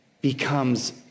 becomes